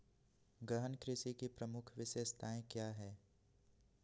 गहन कृषि की प्रमुख विशेषताएं क्या है?